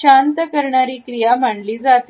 शांत करणारी क्रिया मानली जाते